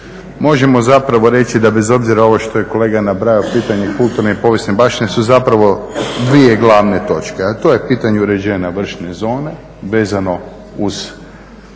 možemo zapravo reći da bez obzira ovo što je kolega nabrajao pitanje kulturne i povijesne baštine su zapravo dvije glavne točke, a to je pitanje uređenja … zone vezano uz,